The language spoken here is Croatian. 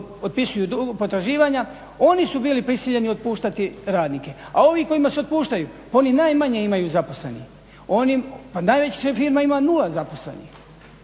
otpisuju potraživanja oni su bili prisiljeni otpuštati radnike, a ovi kojima se otpuštaju pa oni najmanje imaju zaposlenih. Pa najveća firma nula zaposlenih,